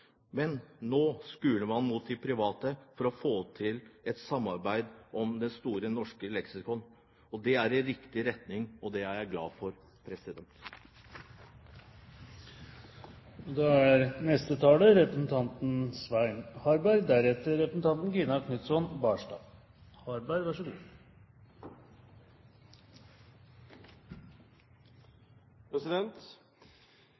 Nå skuler man imidlertid mot de private for å få til et samarbeid om Store norske leksikon. Det er i riktig retning, og det er jeg glad for.